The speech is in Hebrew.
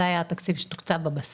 זה היה התקציב שתוקצב בבסיס.